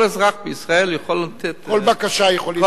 כל אזרח בישראל יכול לתת, כל בקשה יכולים.